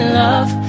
love